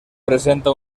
presenta